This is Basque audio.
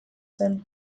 zen